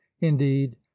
indeed